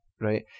right